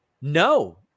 No